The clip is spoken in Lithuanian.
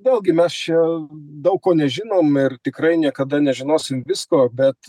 vėlgi mes čia daug ko nežinom ir tikrai niekada nežinosim visko bet